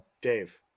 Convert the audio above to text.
Dave